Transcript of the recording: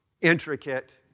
intricate